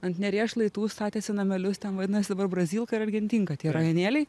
ant neries šlaitų statėsi namelius ten vadinasi dabar brazilka ir argentinka tie rajonėliai